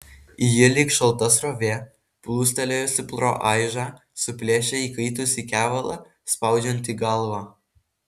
ji lyg šalta srovė plūstelėjusi pro aižą suplėšė įkaitusį kevalą spaudžiantį galvą